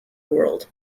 world